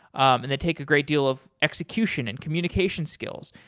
and they take a great deal of execution and communication skills,